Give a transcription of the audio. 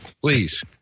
Please